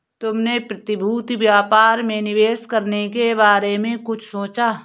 तुमने प्रतिभूति व्यापार में निवेश करने के बारे में कुछ सोचा?